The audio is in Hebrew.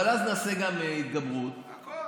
אבל אז נעשה גם התגברות, הכול.